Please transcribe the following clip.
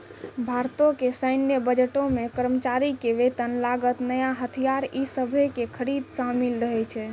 भारतो के सैन्य बजटो मे कर्मचारी के वेतन, लागत, नया हथियार इ सभे के खरीद शामिल रहै छै